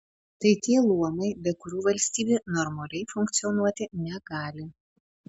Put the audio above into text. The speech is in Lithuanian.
tai tie luomai be kurių valstybė normaliai funkcionuoti negali